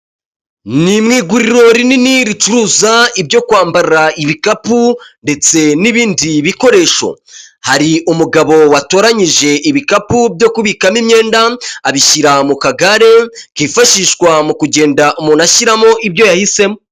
Ni mu iguriro rinini ricuruza ibyo kwambarara ibikapu ndetse n'ibindi bikoresho. Hari umugabo watoranyije ibikapu byo kubikamo imyenda abishyira mu kagare hifashishwa mu kugenda umuntu ashyiramo ibyo yahisemo.